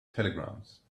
telegrams